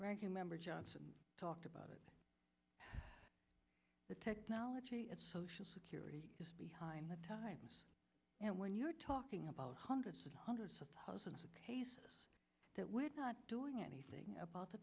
ranking member johnson talked about it the technology and social security is behind the times and when you're talking about hundreds and hundreds of thousands of cases that we're not doing anything about the